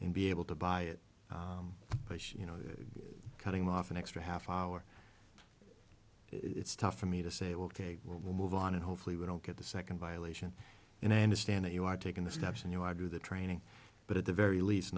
and be able to buy it you know cutting off an extra half hour it's tough for me to say ok we'll move on and hopefully we don't get the second violation and i understand that you are taking the steps and you know i do the training but at the very least